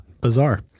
Bizarre